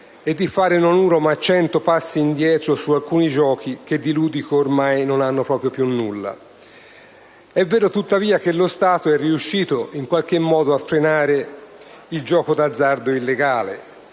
e di fare non uno, ma 100 passi indietro su alcuni giochi che di ludico ormai non hanno proprio più nulla. È vero, tuttavia, che lo Stato è riuscito in qualche modo a frenare il gioco d'azzardo illegale.